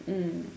mm